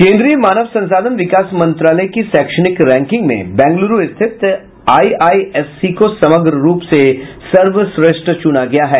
केंद्रीय मानव संसाधन विकास मंत्रालय की शैक्षणिक रैंकिंग में बेंगलुरू स्थित आईआईएससी को समग्र रूप से सर्वश्रेष्ठ चुना गया है